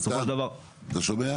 בסופו של דבר --- נתן, אתה שומע?